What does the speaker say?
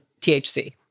THC